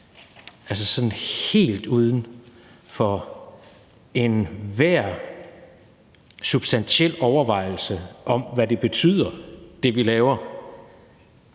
altså sådan helt uden for enhver substantiel overvejelser om, hvad det, vi laver,